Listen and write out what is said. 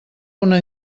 una